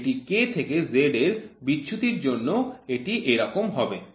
এটি K থেকে Z এর বিচ্যুতির জন্য এটি এরকম হবে